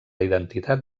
identitat